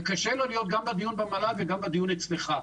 וקשה לו להיות גם בדיון במל"ל וגם בדיון אצלך.